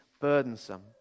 burdensome